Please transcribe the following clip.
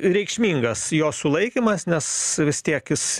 reikšmingas jo sulaikymas nes vis tiek jis